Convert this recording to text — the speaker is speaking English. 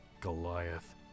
Goliath